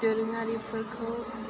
दोरोमारिफोरखौ